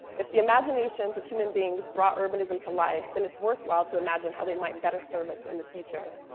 if the imaginations of human beings brought urbanism to life, then it's worthwhile to imagine how they might get better serve us in the future.